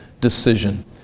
decision